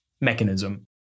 mechanism